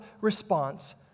response